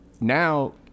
now